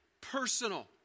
Personal